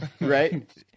Right